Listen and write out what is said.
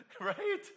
Right